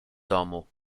domu